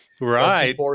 Right